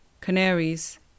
Canaries